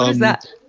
that?